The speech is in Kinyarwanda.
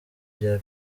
bya